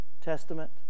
Testament